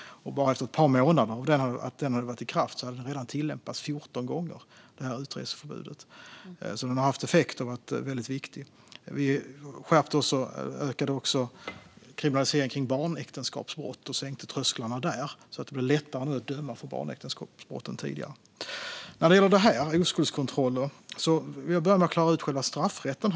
Bara ett par månader efter att utreseförbudet trädde i kraft hade det redan tillämpats 14 gånger. Det har alltså haft effekt och är väldigt viktigt. Vi skärpte och höjde också grunden för kriminalisering av barnäktenskapsbrott och sänkte trösklarna där. Det blir nu lättare än tidigare att döma för barnäktenskapsbrott. När det gäller oskuldskontroller vill jag börja med att klara ut själva straffrätten.